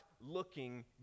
looking